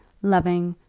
loving,